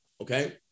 okay